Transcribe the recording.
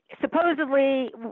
Supposedly